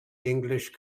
english